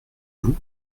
vous